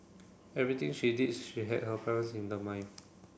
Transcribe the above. everything she did she had her parents in the mind